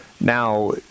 Now